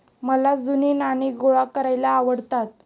मला जुनी नाणी गोळा करायला आवडतात